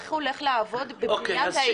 איך הוא הולך לעבוד בבניית האמון העתידי.